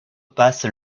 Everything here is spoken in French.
passe